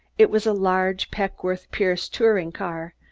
it was a large peckwith-pierce touring car,